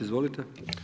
Izvolite.